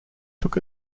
took